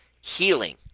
healing